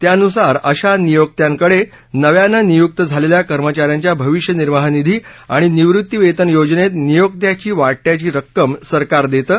त्यानुसार अशा नियोक्त्यांकडे नव्यानं नियुक झालेल्या कर्मचाऱ्याच्या भविष्य निर्वाह निधी आणि निवृत्ती वेतन योजनेत नियोक्त्याच्या वाटयाची रक्कम सरकार देतं